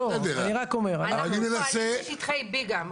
אנחנו פועלים בשטחי B גם.